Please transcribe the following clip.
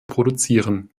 produzieren